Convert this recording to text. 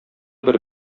бер